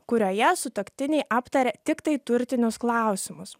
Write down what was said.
kurioje sutuoktiniai aptaria tiktai turtinius klausimus